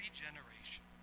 Regeneration